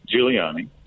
Giuliani